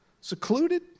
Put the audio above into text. secluded